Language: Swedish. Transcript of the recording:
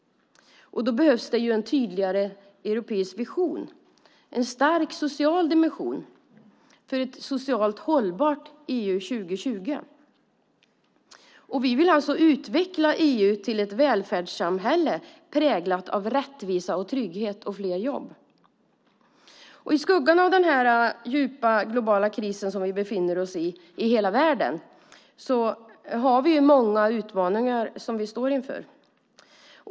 Då behövs det en tydligare europeisk vision, en stark social dimension för ett socialt hållbart EU 2020. Vi vill utveckla EU till ett välfärdssamhälle präglat av rättvisa, trygghet och fler jobb. I skuggan av den djupa globala krisen står vi inför många utmaningar.